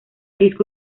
disco